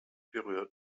berührt